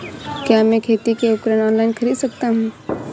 क्या मैं खेती के उपकरण ऑनलाइन खरीद सकता हूँ?